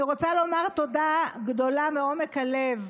אני רוצה לומר תודה גדולה מעומק הלב